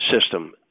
system